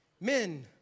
Men